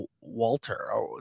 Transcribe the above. Walter